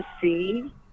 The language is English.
see